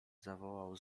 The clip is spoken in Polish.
zawołał